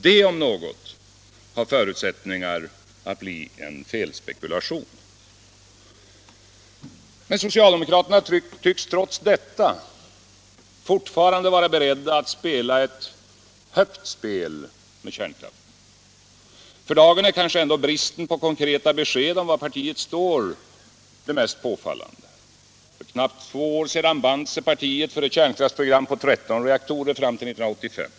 Det om något har förutsättningar att bli en felspekulation. Socialdemokraterna tycks trots detta fortfarande vara beredda att spela ett högt spel med kärnkraften. För dagen är kanske ändå bristen på konkreta besked om var partiet står det mest påfallande. För knappt två år sedan band sig partiet för ett kärnkraftsprogram på 13 reaktorer fram till 1985.